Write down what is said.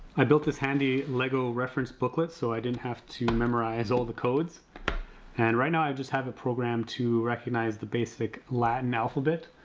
i built this handy lego reference booklet, so i didn't have to memorize all the codes and right now i just have a program to recognize the basic latin alphabet,